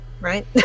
right